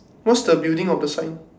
what's the building of the sign